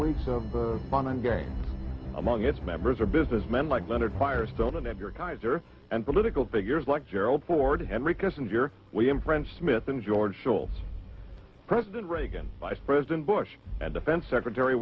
weeks of the fun and games among its members are businessmen like leonard firestone an advertiser and political figures like gerald ford henry kissinger we in france smith and george shultz president reagan vice president bush and defense secretary